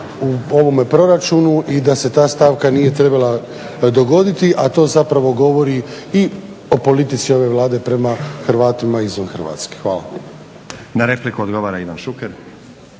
u ovome proračunu i da se ta stavka nije trebala dogoditi a to zapravo govori i o politici ove Vlade prema Hrvatima izvan Hrvatske. Hvala. **Stazić, Nenad (SDP)**